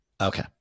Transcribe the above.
Okay